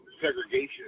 segregation